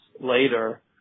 later